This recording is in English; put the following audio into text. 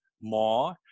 more